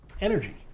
energy